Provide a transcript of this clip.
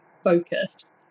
focused